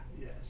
Yes